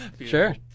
Sure